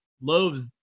loaves